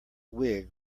wig